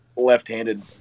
Left-handed